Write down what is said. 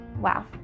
Wow